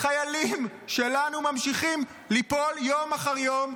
חיילים שלנו ממשיכים ליפול יום אחר יום,